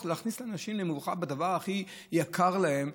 להכניס אנשים למבוכה בדבר הכי יקר להם.